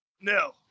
No